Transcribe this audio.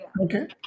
Okay